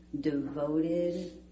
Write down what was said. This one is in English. devoted